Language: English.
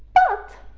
but